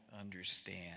understand